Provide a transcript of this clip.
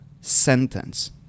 sentence